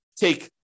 take